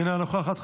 אינה נוכחת,